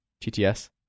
tts